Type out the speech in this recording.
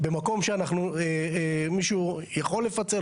במקום שמישהו יכול לפצל,